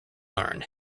learn